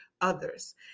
others